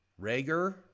Rager